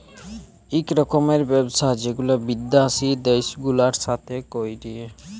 ইক রকমের ব্যবসা যেগুলা বিদ্যাসি দ্যাশ গুলার সাথে ক্যরে